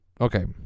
Okay